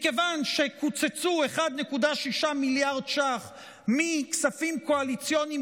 מכיוון שקוצצו 1.6 מיליארד ש"ח מכספים קואליציוניים